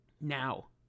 now